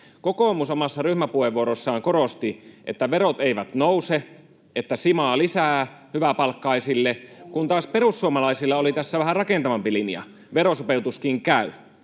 Kokoomus omassa ryhmäpuheenvuorossaan korosti, että verot eivät nouse, että simaa lisää hyväpalkkaisille, kun taas perussuomalaisilla oli tässä vähän rakentavampi linja: verosopeutuskin käy.